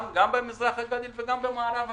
גם במזרח הגליל וגם במערב הגליל.